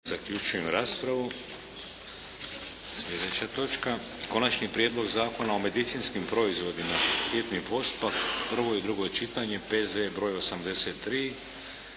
Vladimir (HDZ)** Slijedeća točka - Konačni prijedlog zakona o medicinskim proizvodima, hitni postupak, prvo i drugo čitanje, P.Z.E. br 83